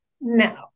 No